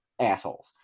assholes